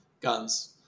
guns